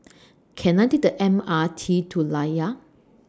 Can I Take The M R T to Layar